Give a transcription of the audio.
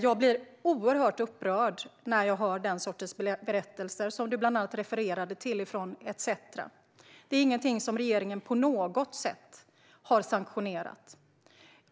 Jag blir oerhört upprörd när jag hör sådana berättelser som den i ETC, som du refererade till. Detta är inget som regeringen på något sätt har sanktionerat.